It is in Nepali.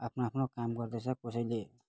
आफ्नो आफ्नो काम गर्दैछ कसैले